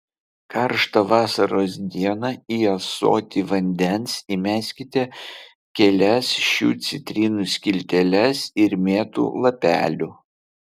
karštą vasaros dieną į ąsotį vandens įmeskite kelias šių citrinų skilteles ir mėtų lapelių